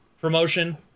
promotion